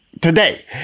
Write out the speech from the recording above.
today